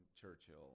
Churchill